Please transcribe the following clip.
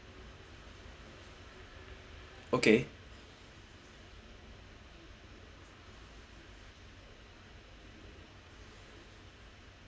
okay